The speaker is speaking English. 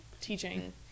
teaching